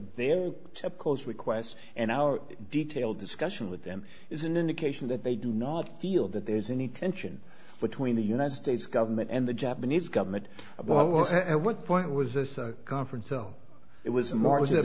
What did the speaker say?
their cause request and our detailed discussion with them is an indication that they do not feel that there's any tension between the united states government and the japanese government about what point was this conference though it was a market that